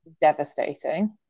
devastating